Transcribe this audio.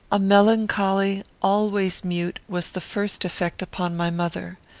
a melancholy, always mute, was the first effect upon my mother.